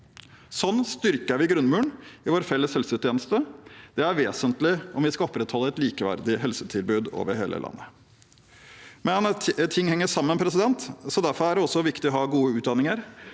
Slik styrker vi grunnmuren i vår felles helsetjeneste – det er vesentlig om vi skal opprettholde et likeverdig helsetilbud over hele landet. Ting henger sammen, og derfor er det også viktig å ha gode utdanninger.